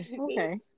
okay